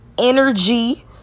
energy